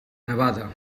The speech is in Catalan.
nevada